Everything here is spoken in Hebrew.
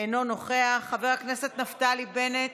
אינו נוכח, חבר הכנסת נפתלי בנט,